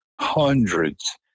hundreds